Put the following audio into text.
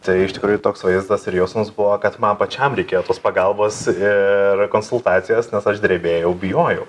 tai iš tikrųjų toks vaizdas ir jausmas buvo kad man pačiam reikėjo tos pagalbos ir konsultacijos nes aš drebėjau bijojau